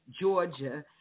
Georgia